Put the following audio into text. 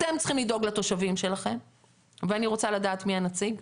אתם צריכים לדאוג לתושבים שלכם ואני רוצה לדעת מי הנציג.